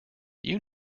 you